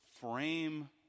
frame